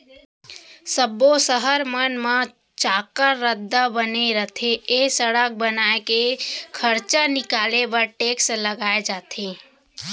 सब्बो सहर मन म चाक्कर रद्दा बने रथे ए सड़क बनाए के खरचा निकाले बर टेक्स लगाए जाथे